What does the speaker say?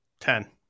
Ten